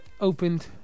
opened